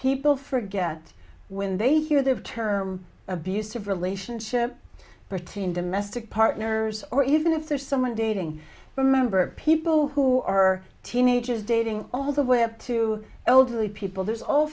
people forget when they hear the term abusive relationship between domestic partners or even if they're someone dating remember people who are teenagers dating all the way up to elderly people there's all